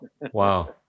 Wow